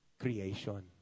creation